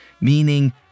meaning